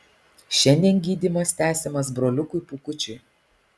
šiandien gydymas tęsiamas broliukui pūkučiui